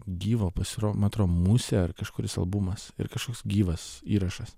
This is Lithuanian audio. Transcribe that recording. gyvo pasiro man atrodo musė ar kažkuris albumas ir kažkoks gyvas įrašas